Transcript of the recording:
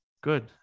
good